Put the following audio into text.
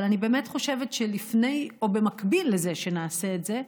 אבל אני באמת חושבת שלפני שנעשה את זה,